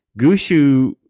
Gushu